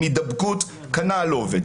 הידבקות, כנ"ל, לא עובד.